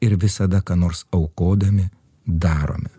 ir visada ką nors aukodami darome